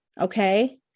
okay